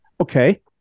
Okay